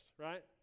right